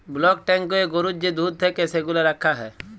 block ট্যাংকয়ে গরুর যে দুহুদ থ্যাকে সেগলা রাখা হ্যয়